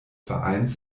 vereins